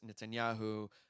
Netanyahu